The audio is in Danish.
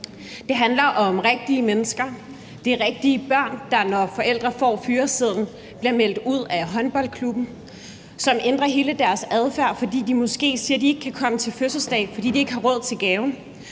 Det handler om rigtige mennesker. Det er rigtige børn, der, når forældrene får fyresedlen, bliver meldt ud af håndboldklubben, og som ændrer hele deres adfærd, fordi de måske siger, de ikke kan komme til fødselsdag, fordi de ikke har råd til gaven.